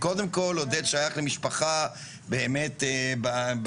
קודם כל עודד שייך למשפחה באמת בעלת,